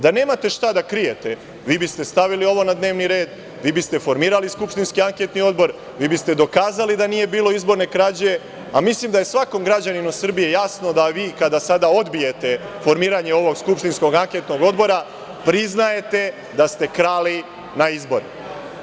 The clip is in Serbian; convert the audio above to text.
Da nemate šta da krijete vi biste stavili ovo na dnevni red, vi biste formirali skupštinski anketni odbor, vi biste dokazali da nije bilo izborne krađe, a mislim da je svakom građaninu Srbije jasno da vi kada sada odbijete formiranje ovog skupštinskog anketnog odbora priznajete da ste krali na izborima.